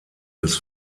des